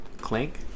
Clank